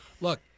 Look